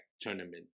tournament